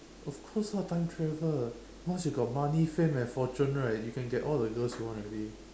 of course lah time travel once you got money fame and fortune right you can get all the girls you want already